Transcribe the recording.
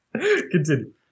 Continue